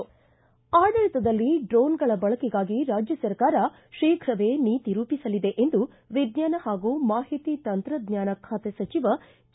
ಆಡಳಿತದಲ್ಲಿ ಡ್ರೋನ್ಗಳ ಬಳಕೆಗಾಗಿ ರಾಜ್ಯ ಸರ್ಕಾರ ಶೀಘವೇ ನೀತಿ ರೂಪಿಸಲಿದೆ ಎಂದು ವಿಜ್ಞಾನ ತಂತ್ರಜ್ಞಾನ ಹಾಗೂ ಮಾಹಿತಿ ತಂತ್ರಜ್ಞಾನ ಖಾತೆ ಸಚಿವ ಕೆ